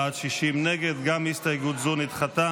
44 בעד, 60 נגד, גם הסתייגות זו נדחתה.